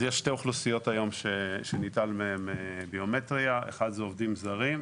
שניטל מהם ביומטריה, אחד זה עובדים זרים.